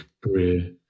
career